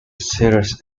series